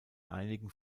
einigen